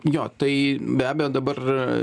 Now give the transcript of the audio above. jo tai be abejo dabar